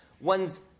one's